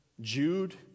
Jude